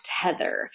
tether